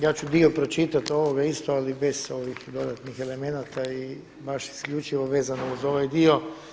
Ja ću dio pročitati ovog isto ali bez ovih dodatnih elemenata i baš isključivo vezano uz ovaj dio.